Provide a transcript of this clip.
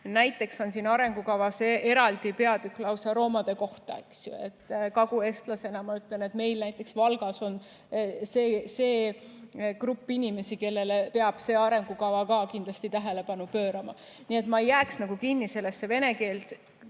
näiteks siin arengukavas lausa eraldi peatükk romade kohta. Kagueestlasena ma ütlen, et näiteks Valgas on see grupp inimesi, kellele peab see arengukava ka kindlasti tähelepanu pöörama. Nii et ma ei jääks kinni vene keelt